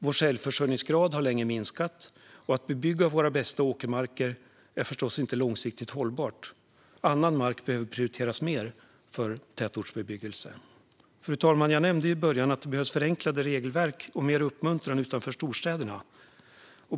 Vår självförsörjningsgrad har länge minskat. Att bebygga våra bästa åkermarker är förstås inte långsiktigt hållbart. Annan mark behöver prioriteras för tätortsbebyggelse. Fru talman! Jag nämnde i början av mitt anförande att det behövs förenklade regelverk och mer uppmuntran utanför storstäderna.